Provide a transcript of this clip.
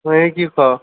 হেই কি ক'ৱ